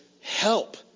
help